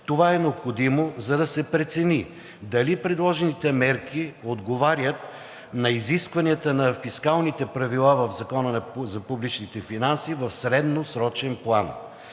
Това е необходимо, за да се прецени дали предложените мерки отговарят на изискванията на фискалните правила в Закона за публичните финанси в средносрочен план.